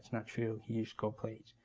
not true. he used gold plates.